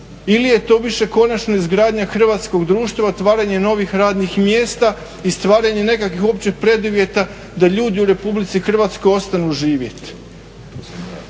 ili je to više konačno izgradnja hrvatskog društva, otvaranje novih radnih mjesta i stvaranje nekakvih opće preduvjeta da ljudi u Republici Hrvatskoj ostanu živjeti.